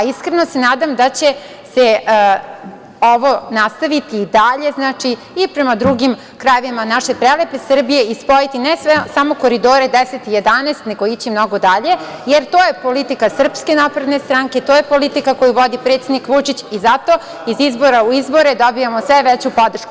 Iskreno se nadam da će se ovo nastaviti i dalje i prema drugim krajevima naše prelepe Srbije i spojite ne samo „Koridor 10“ i „Koridor 11“, nego ići mnogo dalje, jer to je politika SNS, to je politika koju vodi predsednik Vučić, zato iz izbora u izbore dobijamo sve veću podršku.